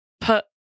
put